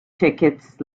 tickets